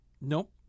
Nope